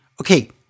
Okay